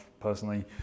personally